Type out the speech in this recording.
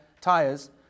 tires